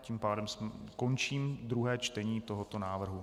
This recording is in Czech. Tím pádem končím druhé čtení tohoto návrhu.